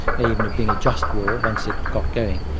may even have been a just war once it got going.